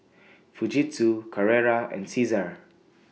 Fujitsu Carrera and Cesar